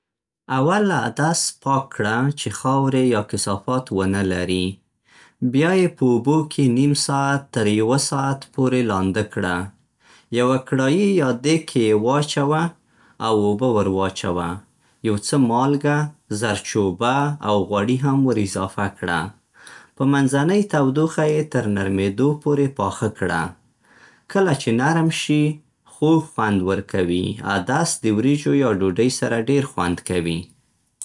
اول عدس پاک کړه، چې خاورې یا کثافات ونه لري. بیا یې په اوبو کې نیم ساعت تر یوه ساعت پورې لانده کړه. یوه کړايي یا دیګ کې یې واچوه او اوبه ور واچوه. یو څه مالګه، زرچوبه، او غوړي هم ور اضافه کړه. په منځنۍ تودوخه یې تر نرمېدو پورې پاخه کړه. کله چې نرم شي، خوږ خوند ورکوي. عدس د وریجو یا ډوډۍ سره ډېر خوند کوي.